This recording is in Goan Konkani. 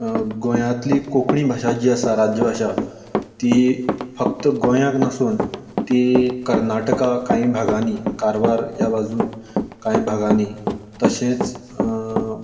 गोंयातली कोंकणी भाशा जी आसा राज्यभाशा ती फक्त गोंयाक नासून ती कर्नाटका कांही भागांनी कारवार ह्या बाजून कांय भागांनी तशेंच